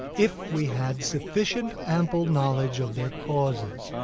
if we had sufficiently ample knowledge of their causes,